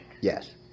yes